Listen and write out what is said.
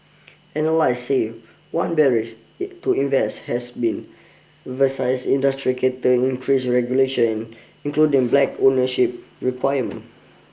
analysts say one barrier to invest has been revised industry character increase regulation including black ownership requirement